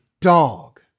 dog